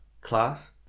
Class